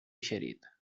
eixerit